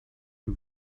que